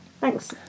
Thanks